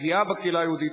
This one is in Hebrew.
הפגיעה בקהילה היהודית,